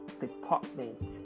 department